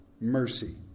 mercy